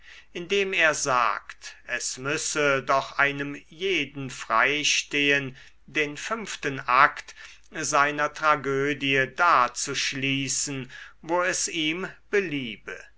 indem er sagt es müsse doch einem jeden freistehen den fünften akt seiner tragödie da zu schließen wo es ihm beliebe